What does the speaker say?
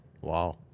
Wow